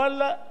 תפרנו קצת.